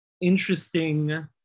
interesting